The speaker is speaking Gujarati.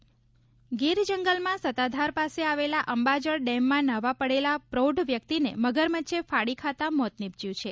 સતાધાર મગચ્છ ગીર જંગલમાં સતાધાર પાસે આવેલા અંબાજળ ડેમમાં ન્હાવા પડેલ પ્રૌઢ વ્યક્તિને મગરમચ્છે ફાડી ખાતા મોત નિપજ્યું છે